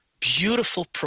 beautiful